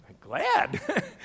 glad